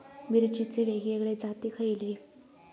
मिरचीचे वेगवेगळे जाती खयले?